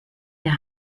der